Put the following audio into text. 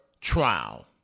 trial